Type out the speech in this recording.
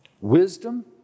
Wisdom